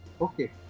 Okay